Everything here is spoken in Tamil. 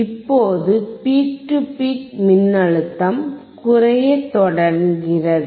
இப்போது பீக் டு பீக் மின்னழுத்தம் குறைய தொடங்குகிறது